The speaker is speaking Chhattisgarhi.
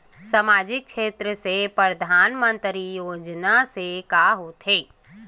सामजिक क्षेत्र से परधानमंतरी योजना से का होथे?